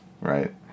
right